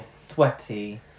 Sweaty